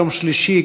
יום שלישי,